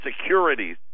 Securities